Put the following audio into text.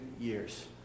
years